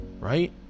right